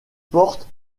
portes